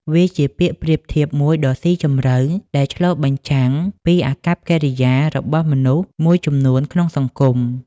វាជាពាក្យប្រៀបធៀបមួយដ៏ស៊ីជម្រៅ ដែលឆ្លុះបញ្ចាំងពីអាកប្បកិរិយារបស់មនុស្សមួយចំនួនក្នុងសង្គម។